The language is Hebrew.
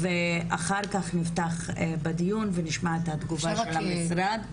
אחר-כך נפתח בדיון, ונשמע את התגובה של המשרד.